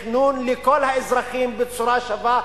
תכנון לכל האזרחים בצורה שווה,